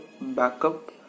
backup